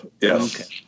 Yes